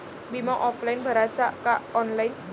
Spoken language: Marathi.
बिमा ऑफलाईन भराचा का ऑनलाईन?